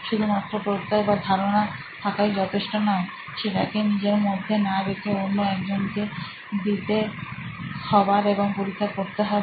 শুধুমাত্র প্রত্যয় বা ধারণা থাকাই যথেষ্ট নয় সেটাকে নিজের মধ্যে না রেখে অন্য একজনকে দিতে হবার এবং পরীক্ষা করতে হবে